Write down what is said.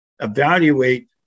evaluate